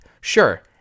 Sure